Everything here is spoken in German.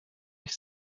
mich